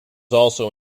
also